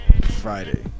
Friday